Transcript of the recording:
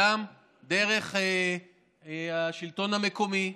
גם דרך השלטון המקומי,